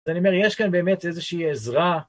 אז אני אומר, יש כאן באמת איזושהי עזרה.